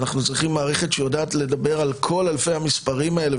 אנחנו צריכים מערכת שיודעת לדבר על כל אלפי האנשים האלה,